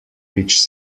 which